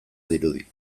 dirudi